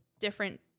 different